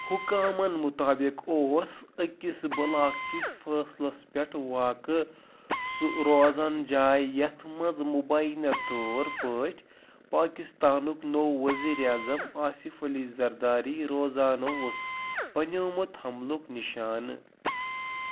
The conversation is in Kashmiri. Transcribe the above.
حُکامَن مُطٲبِق اوس أکِس بُلاک کِس فٲصلَس پٮ۪ٹھ واقعہٕ سۅ روزَن جاے یَتھ منٛز مُبیٖنہٕ طور پٲٹھۍ پاکِستانُک نوٚو ؤزیرِ اعظم آصف علی زرداری روزان اوس بنٛیومُت حملُک نِشانہٕ